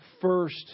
first